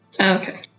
Okay